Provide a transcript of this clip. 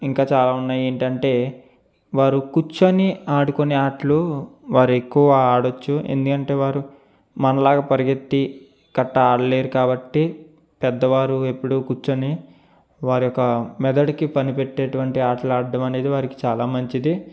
ఇంకా చాలా ఉన్నాయి ఏంటంటే వారు కూర్చొని ఆడుకునే ఆటలు వారు ఎక్కువ ఆడవ చ్చు ఎందుకంటే వారు మనలాగా పరిగెత్తి కట్టా ఆడలేరు కాబట్టి పెద్దవారు ఎప్పుడు కూర్చుని వారి యొక్క మెదడుకి పని పెట్టేటువంటి ఆటలాడడం అనేది వారికి చాలా మంచిది